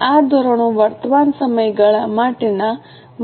હવે આ ધોરણો વર્તમાન સમયગાળા માટેના